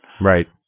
Right